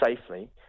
safely